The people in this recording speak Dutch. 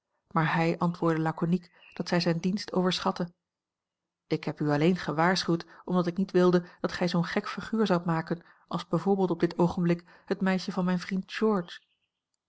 maar hij antwoordde laconiek dat zij zijn dienst overschatte ik heb u alleen gewaarschuwd omdat ik niet wilde dat gij zoo'n gek figuur zoudt maken als b v op dit oogenblik het meisje van mijn vriend